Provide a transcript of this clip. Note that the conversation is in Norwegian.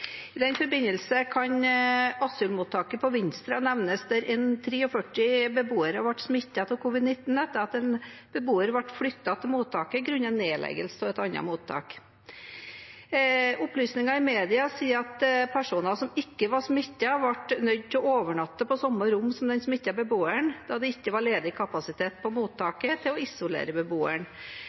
I den forbindelse kan asylmottaket på Vinstra nevnes, der 43 beboere ble smittet av covid-19 etter at en beboer ble flyttet til mottaket på grunn av nedleggelse av et annet mottak. Opplysninger i media sier at personer som ikke var smittet, ble nødt til å overnatte på samme rom som den smittede beboeren, da det ikke var ledig kapasitet på mottaket til å isolere beboeren.